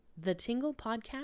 thetinglepodcast